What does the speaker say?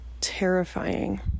terrifying